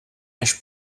než